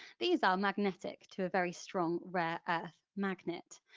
these are magnetic to a very strong rare earth magnet.